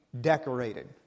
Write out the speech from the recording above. decorated